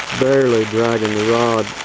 barely dragging the rod